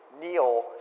Neil